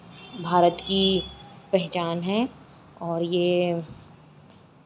भारत की पहचान हैं और ये